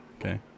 Okay